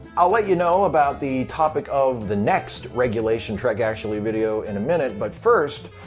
i'll let you know about the topic of the next regulation trek, actually video in a minute. but first,